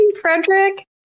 Frederick